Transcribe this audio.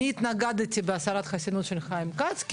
אני התנגדתי בהסרת חסינות של חיים כץ,